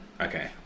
Okay